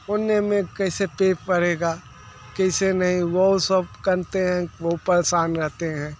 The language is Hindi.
उन नो में कैसे पेट पलेगा कैसे नहीं वह सब करते हैं वह परेशान रहते हैं